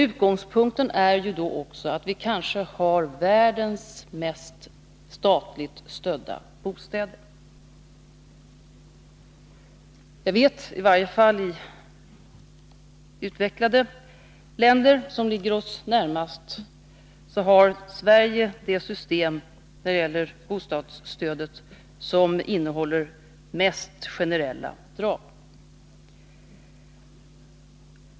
Utgångspunkten är då att vi kanske har världens mest statligt stödda bostäder. I varje fall av utvecklade länder, som ligger oss närmast, har Sverige det system när det gäller bostadsstödet som innehåller mest generella drag.